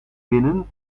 binnen